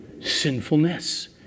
sinfulness